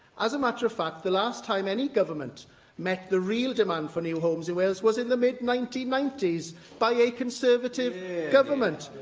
as a matter of fact, the last time any government met the real demand for new homes in wales was in the mid nineteen ninety s by a conservative government.